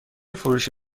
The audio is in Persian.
فروش